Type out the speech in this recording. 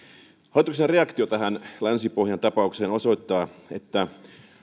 hallituksen reaktio tähän länsi pohjan tapaukseen osoittaa että